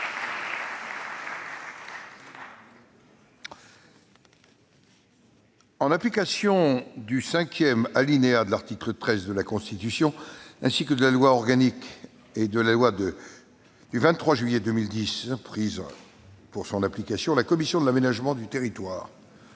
En application du cinquième alinéa de l'article 13 de la Constitution, ainsi que de la loi organique n° 2010-837 et de la loi n° 2010-838 du 23 juillet 2010 prises pour son application, la commission de l'aménagement du territoire